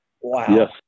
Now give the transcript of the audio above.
Wow